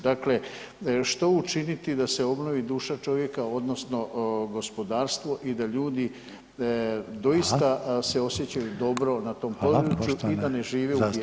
Dakle, što učiniti da se obnovi duša čovjeka odnosno gospodarstvo i da ljudi doista se osjećaju dobro na tom području i da ne žive u bijedi … [[ne razumije se]] Hvala.